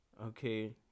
okay